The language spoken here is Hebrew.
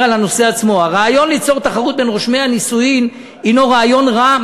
על הנושא עצמו: "הרעיון ליצור תחרות בין רושמי הנישואין הנו רעיון רע,